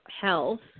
health